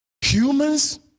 Humans